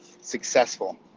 successful